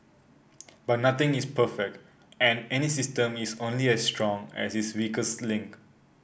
but nothing is perfect and any system is only as strong as its weakest link